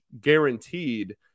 guaranteed